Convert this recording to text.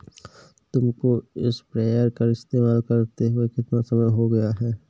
तुमको स्प्रेयर इस्तेमाल करते हुआ कितना समय हो गया है?